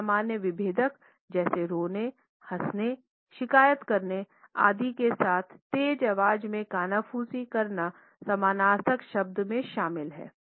अधिक सामान्य विभेदक जैसे रोने हँसने शिकायत करने आदि के साथ तेज़ आवाज़ में कानाफूसी करना समानार्थक शब्द में शामिल है